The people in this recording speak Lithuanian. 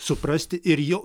suprasti ir jau